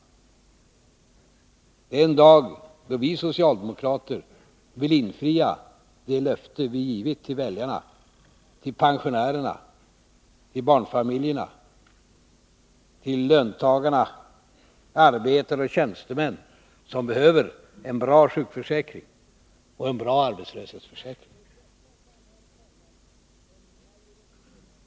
Det är en dag då vi socialdemokrater vill infria de löften vi givit till väljarna, till pensionärerna, till barnfamiljerna, till löntagarna, arbetare och tjänstemän, som behöver en bra sjukförsäkring och en bra arbetslöshetsförsäkring.